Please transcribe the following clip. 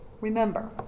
Remember